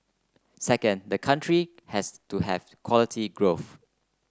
second the country has to have quality growth